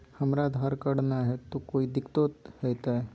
हमरा आधार कार्ड न हय, तो कोइ दिकतो हो तय?